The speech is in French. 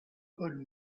paul